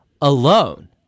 alone